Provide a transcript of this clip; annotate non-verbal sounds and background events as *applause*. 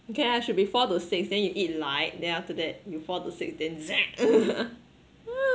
okay eh should be four to six then you eat light then after that you four to six then *noise* *laughs*